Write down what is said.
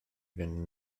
fynd